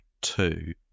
two